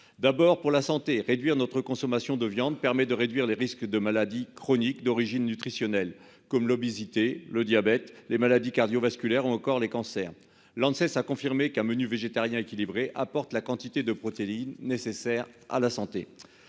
d'abord pour la santé. Réduire notre consommation de viande permet de réduire les risques de maladies chroniques d'origine nutritionnelle comme l'obésité, le diabète, les maladies cardio-vasculaires encore les cancers lancé ça a confirmé qu'un menu végétarien équilibré apporte la quantité de protéines nécessaires à la santé.